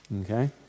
Okay